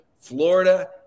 Florida